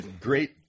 Great